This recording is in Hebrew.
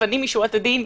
לפנים משורת הדין,